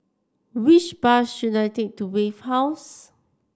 which bus should I take to Wave House